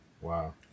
Wow